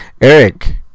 Eric